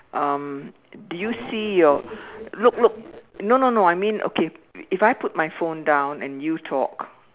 um do you see your look look no no no I mean okay if I put my phone down and you talk